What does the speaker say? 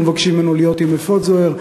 לא מבקשים ממנו להיות עם אפוד זוהר,